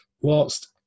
whilst